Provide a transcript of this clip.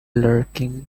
lurking